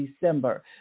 December